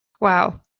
Wow